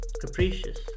capricious